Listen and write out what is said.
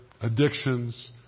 addictions